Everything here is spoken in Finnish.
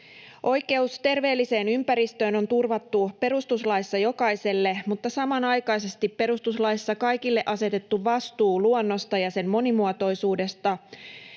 Oikeus terveelliseen ympäristöön on turvattu perustuslaissa jokaiselle, mutta samanaikaisesti perustuslaissa kaikille asetettu vastuu luonnosta ja sen monimuotoisuudesta